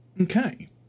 Okay